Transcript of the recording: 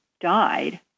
died